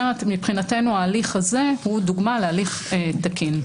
מבחינתנו, ההליך הזה הוא דוגמה להליך תקין.